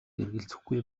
эргэлзэхгүй